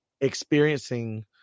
experiencing